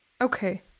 Okay